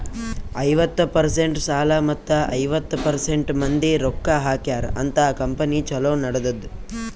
ಐವತ್ತ ಪರ್ಸೆಂಟ್ ಸಾಲ ಮತ್ತ ಐವತ್ತ ಪರ್ಸೆಂಟ್ ಮಂದಿ ರೊಕ್ಕಾ ಹಾಕ್ಯಾರ ಅಂತ್ ಕಂಪನಿ ಛಲೋ ನಡದ್ದುದ್